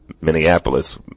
Minneapolis